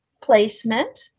placement